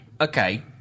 okay